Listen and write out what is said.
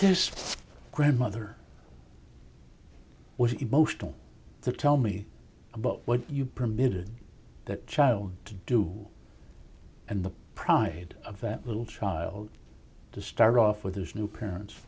this grandmother was emotional tell me about what you permitted that child to do and the pride of that little child to start off with his new parents